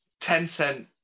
Tencent